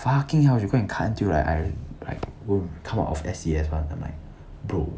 fucking hell she go and cut until like I like come out of S_C_S one I'm like bro